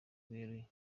bweruye